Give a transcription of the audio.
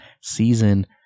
season